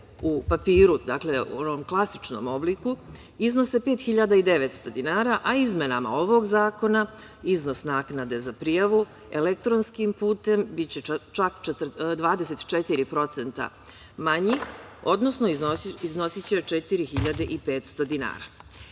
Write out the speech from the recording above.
u papiru, u onom klasičnom obliku, iznose 5.900 dinara, a izmenama ovog zakona iznos naknade za prijavu elektronskim putem biće čak 24% manji, odnosno iznosiće 4.500 dinara. Još